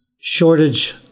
shortage